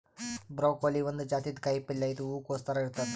broccoli ಒಂದ್ ಜಾತಿದ್ ಕಾಯಿಪಲ್ಯ ಇದು ಹೂಕೊಸ್ ಥರ ಇರ್ತದ್